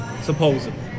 Supposedly